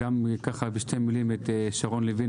ככה בשתי מילים את שרון לוין,